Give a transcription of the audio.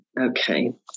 Okay